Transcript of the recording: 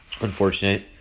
Unfortunate